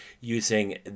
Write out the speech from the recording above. using